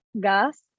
gas